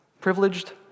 privileged